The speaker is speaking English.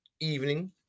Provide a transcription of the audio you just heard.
evening